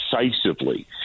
decisively